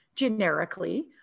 generically